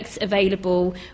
available